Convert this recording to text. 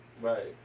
right